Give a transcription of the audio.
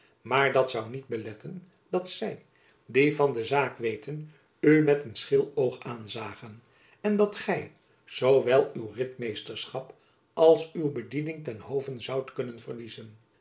maar dat zoû niet beletten dat zy die van de zaak weten u met een scheel oog aanzagen en dat gy zoo wel uw ritmeesterschap als uw bediening ten hove zoudt kunnen verliezen